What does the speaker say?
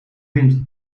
wind